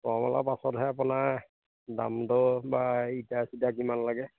কমলা পাছতহে আপোনাৰ দামদৰ বা ইটা চিটা কিমান লাগে